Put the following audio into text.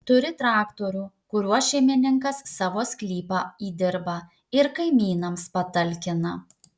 turi traktorių kuriuo šeimininkas savo sklypą įdirba ir kaimynams patalkina